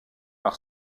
par